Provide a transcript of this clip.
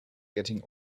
getting